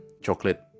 chocolate